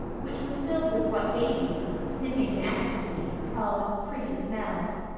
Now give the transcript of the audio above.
which was filled with what davy, sniffing in ecstasy, called pretty smells.